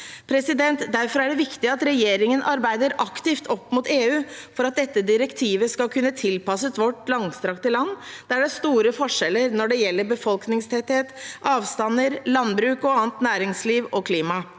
Norge. Derfor er det viktig at regjeringen arbeider aktivt opp mot EU for at dette direktivet skal kunne tilpasses vårt langstrakte land, der det er store forskjeller når det gjelder befolkningstetthet, avstander, landbruk og annet næringsliv og klima.